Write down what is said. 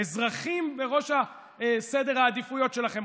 האזרחים בראש סדר העדיפויות שלכם.